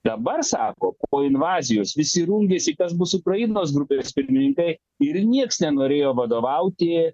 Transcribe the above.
dabar sako po invazijos visi rungiasi kas bus ukrainos grupės pirmininkai ir nieks nenorėjo vadovauti